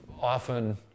often